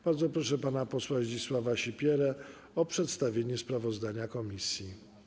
Bardzo proszę pana posła Zdzisława Sipierę o przedstawienie sprawozdania komisji.